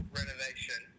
renovation